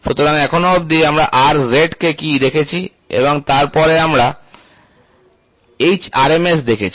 সুতরাং এখন অবধি আমরা Rz কে কী দেখেছি এবং তারপরে আমরা hRMS দেখেছি